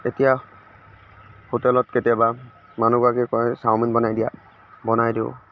এতিয়া হোটেলত কেতিয়াবা মানুহগৰাকীয়ে কয় চাওমিন বনাই দিয়া বনাই দিওঁ